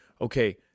okay